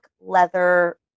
leather